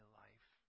life